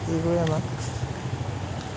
এইবোৰ আমাক